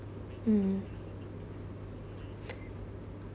um